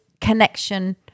connection